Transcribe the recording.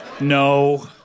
No